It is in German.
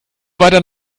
weiter